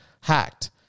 hacked